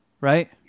Right